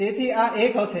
તેથી આ 1 હશે